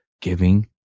giving